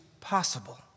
possible